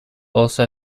also